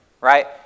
right